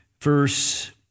verse